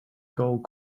gold